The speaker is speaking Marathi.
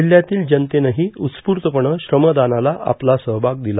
जिल्ह्यातील जनतेनेही उत्स्फूर्तपणं श्रमदानाला आपला सहभाग दिला